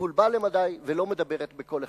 מבולבל למדי, ולא מדברת בקול אחד.